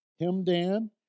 Himdan